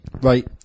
Right